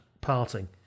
parting